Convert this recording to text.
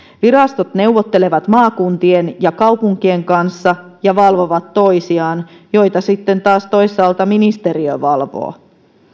virastot neuvottelevat maakuntien ja kaupunkien kanssa ja valvovat toisiaan joita sitten taas toisaalta ministeriö valvoo